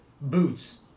boots